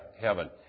heaven